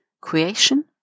creation